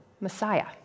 Messiah